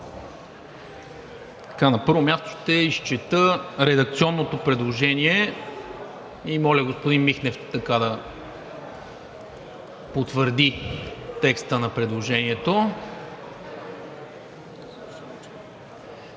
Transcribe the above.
На първо място, ще изчета редакционното предложение и моля господин Михнев да потвърди текста на предложението.